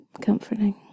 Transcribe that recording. comforting